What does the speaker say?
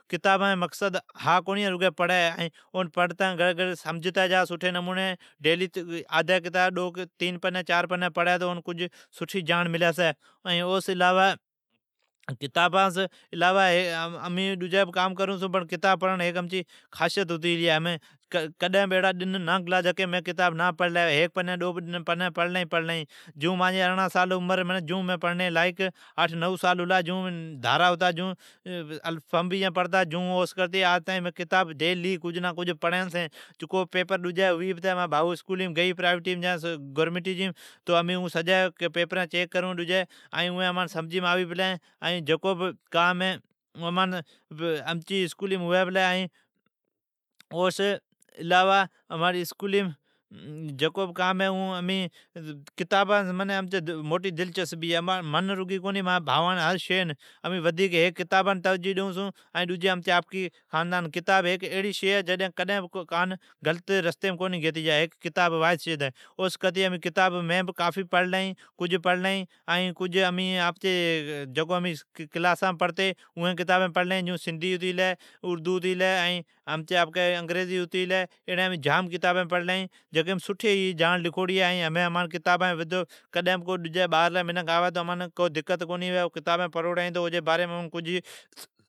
کتابان جا ھا مقصد ھا کونی ہے، تہ رگی پڑی سمجھتا بھہ جا بھلین ڈو تین پنی پڑی اوان سمجھی۔ کتاب پڑنی سون سٹھی جاڑن ملی چھی، کتاب س علاوہ امین ڈجی بھی کام کرون چھون پڑ کتاب پڑھڑ امچی خاصیت ھتی گلی ہے۔ او ڈن نا گلا ھوی جکار مین کتان نا پڑلی ھوی، ھیک ڈو پنین ڈیلی پڑلین ھی۔ جیون مایجی 18سالا عمر مین پڑنی جی لائیک ھلا، جون مین دارا ھتا جون "الف فبھ" پڑتا جون اوس کرتی مین کتابین ڈیلی کجھ نہ کجھ پڑین چھین ۔جکع پیپر دجی مانجی بھائواسکولیم ڈجی گئی پراوٹی یا گورمینٹی پڑاوی پلی تو اوان اسکولان جین پرائوٹی جین پیپرین امین چیک کرون چھون ائین امان سمجھیم بہ آوی پلین ۔ ائین جکو بہ کام ہے اون ام، چی اسکولیم ھوی پلی اون امین کرون چھون۔ کتابام مانجی بھاوان منین دلچسبی ہے امین ھیک کتابان ترجیع ڈیئون چھوی ۔ڈجی امچی آپکی خندانان۔ ۔ کتاب ھیک ایڑی شی ہے کاب بھی کڈھن کان غلط رستیم کونی گیتی جا چھی۔ اوس کرتی کتاب ھیک واھد شئی ھی۔ او سون کرتی مین کتابین جام پڑلین ھی ۔کج کتابین کلاسام پڑلین ھی۔ جکو پڑلین ھی، جیون سندھی ہے، اردو ہے، امچی انگریزی ھتی گلی۔ ھمین امین اتری کتابین پڑلین ھی۔ جکیم سٹھی جاڑن لکھوڑی ھی۔ کوڑ بھی باھرلی منکھ آوی تو اون امین او جی باریم سڑان سگھون۔